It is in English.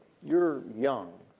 you're young.